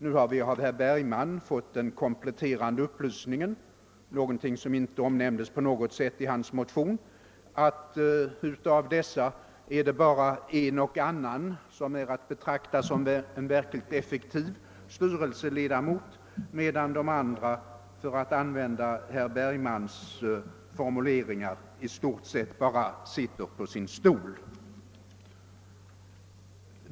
Nu har vi av herr Bergman fått den kompletterande upplysningen — som inte på något sätt omnämndes i hans motion — att det bara är en och annan av dessa representanter för de anställda som är att betrakta som en verkligt effektiv styrelseledamot, medan de andra, för att använda herr Bergmans formulering, i stort sett bara sitter på sin stol.